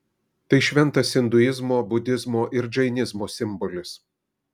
tai šventas induizmo budizmo ir džainizmo simbolis